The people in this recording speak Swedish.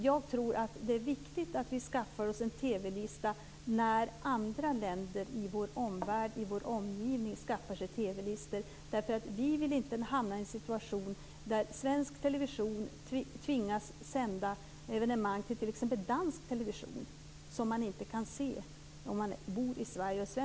Jag tror att det är viktigt att vi skaffar oss en TV lista när andra länder i vår omgivning skaffar sig TV listor. Vi vill inte hamna i en situation där svensk television tvingas sända evenemang till t.ex. dansk television som man inte kan se om man bor i Sverige.